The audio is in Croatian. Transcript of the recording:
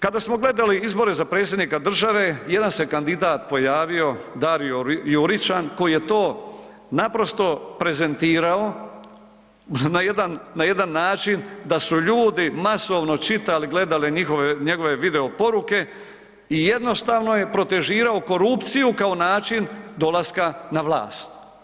Kada smo gledali izbore za predsjednika države jedan se kandidat pojavio Dario Juričan koji je to naprosto prezentirao na jedan način da su ljudi masovno čitali, gledali njegove video poruke i jednostavno je protežirao korupciju kao način dolaska na vlast.